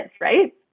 right